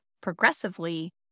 progressively